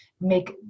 make